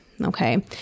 okay